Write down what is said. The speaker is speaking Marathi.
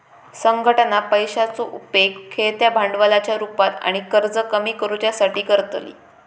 संघटना पैशाचो उपेग खेळत्या भांडवलाच्या रुपात आणि कर्ज कमी करुच्यासाठी करतली